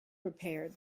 repaired